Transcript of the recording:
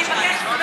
אני מבקשת,